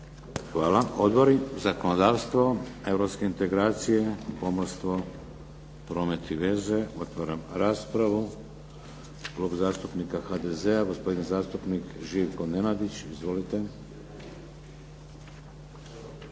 Hvala. Odbori zakonodavstvo, europske integracije, pomorstvo, promet i veze. Otvaram raspravu. Klub zastupnika HDZ-a gospodin zastupnik Živko Nenadić. Izvolite.